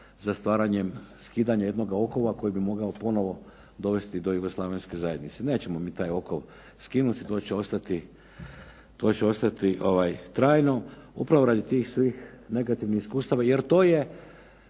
za stvaranjem skidanja jednoga okova koji bi mogao ponovno dovesti do jugoslavenske zajednice. Nećemo mi taj okov skinuti, to će ostati trajno upravo radi tih svih negativnih iskustava jer to je